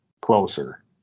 closer